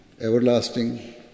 everlasting